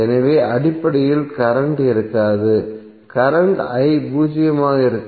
எனவே அடிப்படையில் கரண்ட் இருக்காது கரண்ட் பூஜ்ஜியமாக இருக்கும்